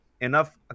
enough